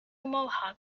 mohawk